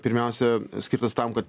pirmiausia skirtas tam kad